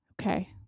Okay